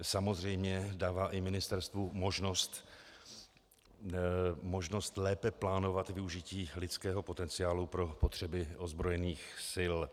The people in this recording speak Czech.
Samozřejmě dává i ministerstvu možnost lépe plánovat využití lidského potenciálu pro potřeby ozbrojených sil.